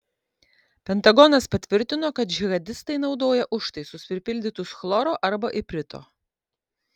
pentagonas patvirtino kad džihadistai naudoja užtaisus pripildytus chloro arba iprito